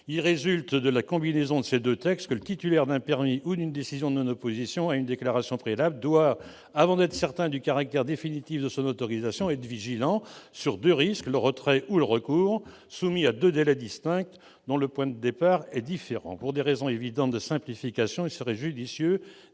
Il résulte de la combinaison de ces deux dispositions que le titulaire d'un permis ou d'une décision de non-opposition à une déclaration préalable doit, avant d'être certain du caractère définitif de son autorisation, être attentif à deux risques, le retrait et le recours, soumis à deux délais distincts, dont les points de départ sont différents. Pour des raisons évidentes de simplification, il serait judicieux